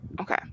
Okay